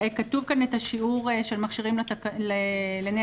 כתוב כאן את שיעור המכשירים לנפש,